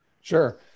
Sure